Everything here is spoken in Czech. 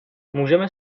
můžeme